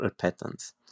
patterns